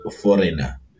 foreigner